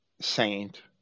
saint